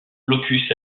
blocus